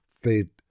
fate